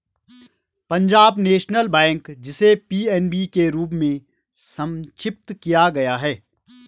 Punjab National Bank, जिसे PNB के रूप में संक्षिप्त किया गया है